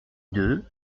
deux